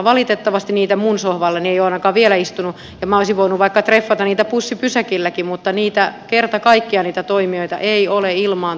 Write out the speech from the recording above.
valitettavasti niitä minun sohvallani ei ole ainakaan vielä istunut ja minä olisin voinut vaikka treffata niitä bussipysäkilläkin mutta niitä toimijoita ei kerta kaikkiaan ole ilmaantunut